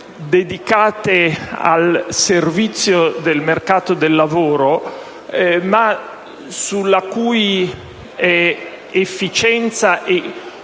dedicate al servizio del mercato del lavoro, sulla cui efficienza e